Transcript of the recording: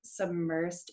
submersed